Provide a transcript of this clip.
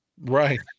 right